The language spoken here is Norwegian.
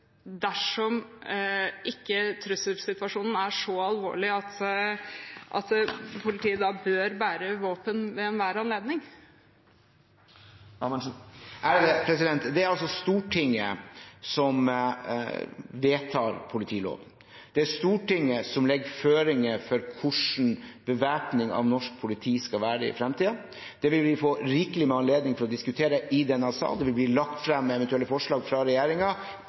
trusselsituasjonen ikke er så alvorlig at politiet bør bære våpen ved enhver anledning? Det er Stortinget som vedtar politiloven. Det er Stortinget som legger føringer for hvordan bevæpning av norsk politi skal være i fremtiden. Det vil vi få rikelig med anledning til å diskutere i denne salen. Det vil bli lagt frem eventuelle forslag fra